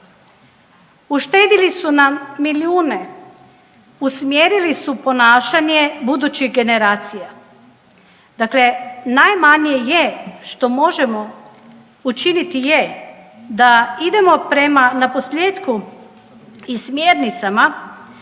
Uštedili su nam milijune, usmjerili su ponašanje budućih generacija. Dakle, najmanje je što možemo učiniti je da idemo prema na posljetku i smjernicama